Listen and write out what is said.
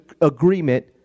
agreement